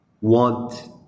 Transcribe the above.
want